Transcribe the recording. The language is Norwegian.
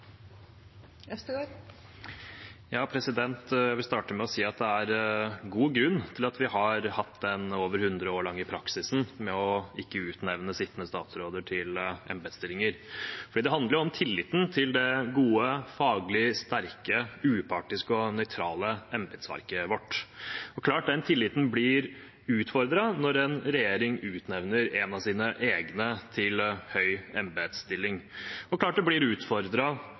god grunn til at vi har hatt den over 100 år lange praksisen med å ikke utnevne sittende statsråder til embetsstillinger. Det handler om tilliten til det gode, faglig sterke, upartiske og nøytrale embetsverket vårt. Det er klart at den tilliten blir utfordret når en regjering utnevner en av sine egne til en høy embetsstilling. Og det er klart at den blir